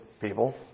people